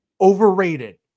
overrated